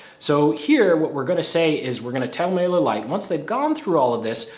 so here what we're going to say is we're gonna tell mailer light once they've gone through all of this,